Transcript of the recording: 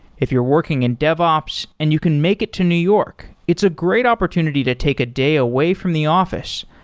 if you're working in dev ops and you can make it to new york, it's a great opportunity to take a day away from the office.